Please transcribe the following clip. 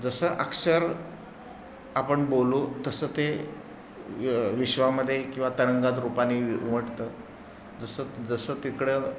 जसं अक्षर आपण बोलू तसं ते विश्वामध्ये किंवा तरंगात रूपाने उमटतं जसं जसं तिकडं